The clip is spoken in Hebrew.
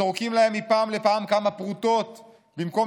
זורקים להם מפעם לפעם כמה פרוטות במקום